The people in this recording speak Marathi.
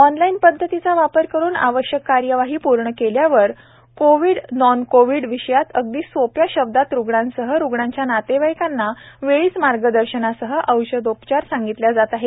ऑनलाईन पद्धतीचा वापर करून आवश्यक कार्यवाही पूर्ण केल्यावर कोविड नॉन कोविड विषयात अगदी सोप्या शब्दात रुग्णांसह रुग्णांच्या नातेवाईकांना वेळीच मार्गदर्शनासह औषधोपचार सांगितल्या जात आहे